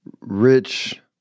Rich